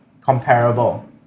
comparable